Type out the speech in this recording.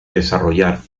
desarrollar